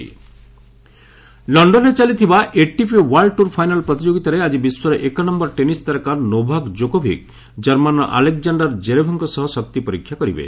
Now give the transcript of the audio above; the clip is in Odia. ଏଟିପି ଫାଇନାଲ୍ ଲଣ୍ଣନ୍ରେ ଚାଲିଥିବା ଏଟିପି ୱାର୍ଲ୍ଡ୍ ଟୁର୍ ଫାଇନାଲ୍ ପ୍ରତିଯୋଗିତାରେ ଆଜି ବିଶ୍ୱର ଏକ ନମ୍ଭର ଟେନିସ୍ ତାରକା ନୋଭାକ୍ ଜୋକୋଭିକ୍ ଜର୍ମାନ୍ର ଆଲେକ୍ଜାଣ୍ଡର୍ ଜେରେଭ୍ଙ୍କ ସହ ଶକ୍ତି ପରୀକ୍ଷା କରିବେ